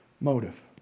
motive